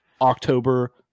October